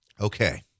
Okay